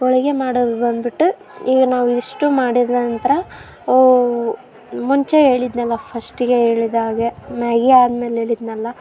ಹೋಳಿಗೆ ಮಾಡೋದು ಬಂದುಬಿಟ್ಟು ಈಗ ನಾವು ಇದಿಷ್ಟು ಮಾಡಿದ ನಂತರ ಮುಂಚೆ ಹೇಳಿದ್ನಲ ಫಸ್ಟಿಗೆ ಹೇಳಿದಾಗೆ ಮ್ಯಾಗೀ ಆದ ಮೇಲೆ ಹೇಳಿದ್ನಲ